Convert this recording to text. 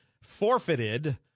forfeited